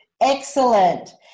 Excellent